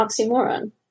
oxymoron